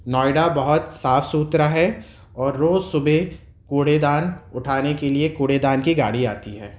نوئیڈا بہت صاف ستھرا ہے اور روز صبح کوڑے دان اٹھانے کے لیے کوڑے دان کی گاڑی آتی ہے